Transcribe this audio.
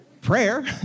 prayer